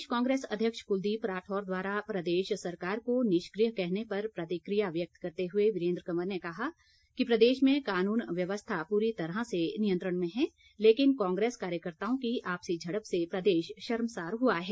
प्रदेश Congress अध्यक्ष कुलदीप राठौर द्वारा प्रदेश सरकार को निष्क्रिय कहने पर प्रतिक्रिया व्यक्त करते हुए वीरेन्द्र कंवर ने कहा कि प्रदेश में कानून व्यवस्था पूरी तरह से नियंत्रण में है लेकिन कांग्रेस कार्यकर्ताओं की आपसी झड़प से प्रदेश शर्मसार हुआ है